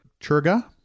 churga